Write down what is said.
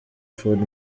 ford